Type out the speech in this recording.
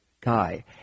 guy